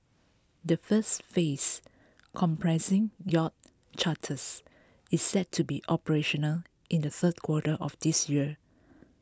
the first phase comprising yacht charters is set to be operational in the third quarter of this year